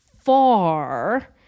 far